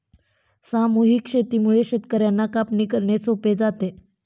सामूहिक शेतीमुळे शेतकर्यांना कापणी करणे सोपे जाते